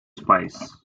spies